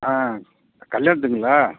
ஆ கல்யாணத்துக்குங்களா